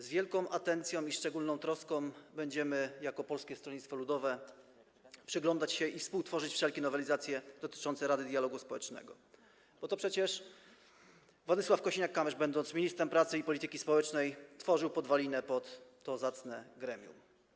Z wielką atencją i szczególną troską jako Polskie Stronnictwo Ludowe będziemy przyglądać się i współtworzyć wszelkie nowelizacje dotyczące Rady Dialogu Społecznego, bo to przecież Władysław Kosiniak-Kamysz, będąc ministrem pracy i polityki społecznej, położył podwaliny pod to zacne gremium.